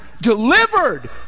delivered